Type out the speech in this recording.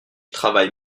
travaille